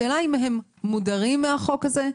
השאלה אם הם מודרים מהחוק הזה,